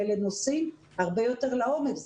אלה נושאים הרבה יותר לעומק,